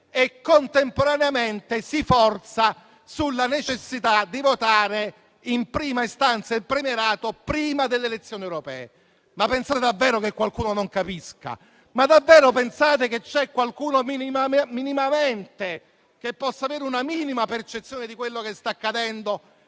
e contemporaneamente si forza sulla necessità di votare in prima istanza il premierato, prima delle elezioni europee. Ma pensate davvero che qualcuno non capisca? Davvero pensate che c'è qualcuno che possa non avere la minima percezione di quello che sta accadendo